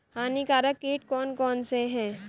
हानिकारक कीट कौन कौन से हैं?